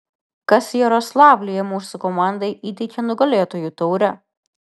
kas jaroslavlyje mūsų komandai įteikė nugalėtojų taurę